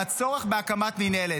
על הצורך בהקמת מינהלת.